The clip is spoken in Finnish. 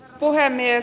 puhemies